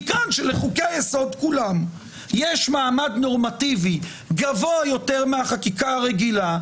מכאן שלחוקי היסוד כולם יש מעמד נורמטיבי גבוה יותר מהחקיקה הרגילה,